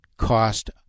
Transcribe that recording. cost